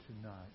tonight